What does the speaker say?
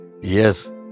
Yes